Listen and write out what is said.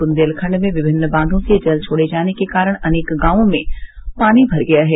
बुन्देलखंड में विभिन्न बांधों से जल छोड़े जाने के कारण अनेक गांवों में पानी भर गया है